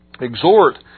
exhort